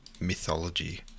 ...mythology